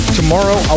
tomorrow